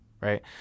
right